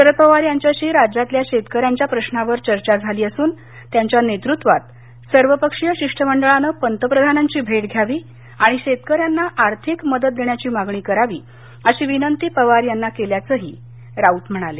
शरद पवार यांच्याशी राज्यातल्या शेतकऱ्यांच्या प्रश्नावर चर्चा झाली असून त्यांच्या नेतृत्वात सर्वपक्षीय शिष्टमंडळानं पंतप्रधानांची भेट घ्यावी आणि शेतकऱ्यांना आर्थिक मदत देण्याची मागणी करावी अशी विनंती पवार यांना केल्याचंही राऊत म्हणाले